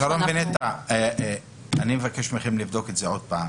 שרון ונטע, אני מבקש מכן לבדוק את זה עוד פעם.